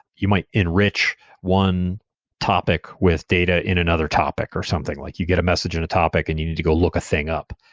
you might enrich one topic with data in another topic, or something like you get a message in a topic and you need to go look a thing up.